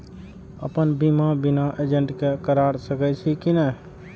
अपन बीमा बिना एजेंट के करार सकेछी कि नहिं?